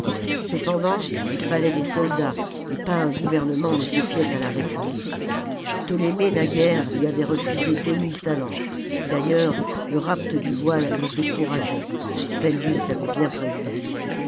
salammbô d fallait des soldats et pas un gouvernement ne se fiait à la république ptolémée naguère lui avait refusé deux mille talents d'ailleurs te rapt du voile les décourageait spendius l'avait bien prévu